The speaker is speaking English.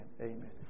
amen